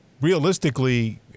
realistically